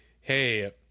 hey